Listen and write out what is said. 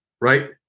right